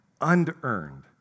Unearned